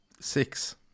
six